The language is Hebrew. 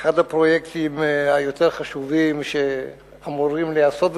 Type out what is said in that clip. אחד הפרויקטים היותר חשובים שאמורים להיעשות,